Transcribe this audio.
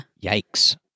Yikes